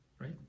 right